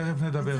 תכף נדבר על זה.